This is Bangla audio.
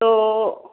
তো